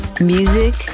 Music